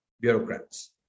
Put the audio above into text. bureaucrats